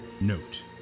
Note